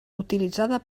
utilitzada